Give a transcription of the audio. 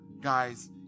guy's